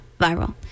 viral